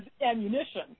ammunition